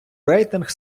рейтинг